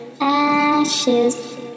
ashes